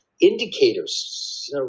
indicators